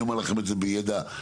אני אומר לכם את זה בידע אישי.